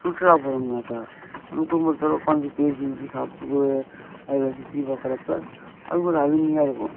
சுற்றுலா போகிறம்னாக்கா நம்ம குடும்பத்தோடய உட்காந்து பேசிட்டு சாப்பிட்டுட்டு அதை ரசித்து பார்க்குறப்ப அது ஒரு அருமையாக இருக்கும்